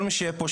כל מי שיהיה פה,